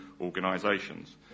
organisations